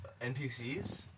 NPCs